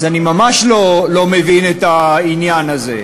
אז אני ממש לא מבין את העניין הזה.